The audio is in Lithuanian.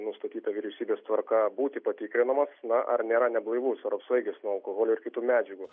nustatyta vyriausybės tvarka būti patikrinamas ar nėra neblaivus ar apsvaigęs nuo alkoholio ar kitų medžiagų